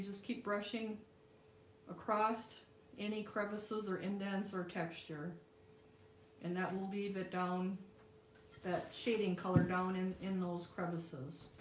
just keep brushing across any crevices or indents or texture and that will leave it down that shading color down and in those crevices